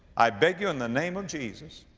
i beg you in the name of jesus,